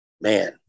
man